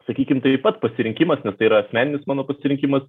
sakykim taip pat pasirinkimas nes tai yra asmeninis mano pasirinkimas